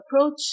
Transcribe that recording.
approach